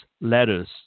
letters